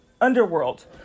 underworld